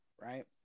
right